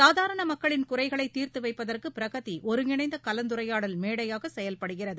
சாதாரண மக்களின் குறைகளை தீர்த்து வைப்பதற்கு பிரகதி ஒருங்கிணைந்த கலந்துரையாடல் மேடையாக செயல்படுகிறது